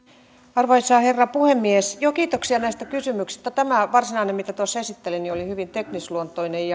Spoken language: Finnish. arvoisa herra puhemies kiitoksia näistä kysymyksistä tämä varsinainen mitä tuossa esittelin oli hyvin teknisluontoinen